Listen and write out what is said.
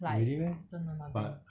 like 真的 nothing